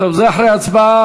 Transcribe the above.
טוב, זה אחרי ההצבעה.